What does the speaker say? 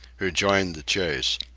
who joined the chase.